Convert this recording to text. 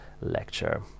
lecture